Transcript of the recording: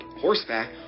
horseback